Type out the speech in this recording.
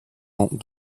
ans